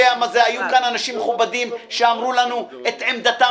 היו כאן אנשים מכובדים שאמרו לנו את עמדתם,